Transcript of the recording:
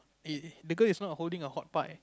E the girl is not holding a hot pie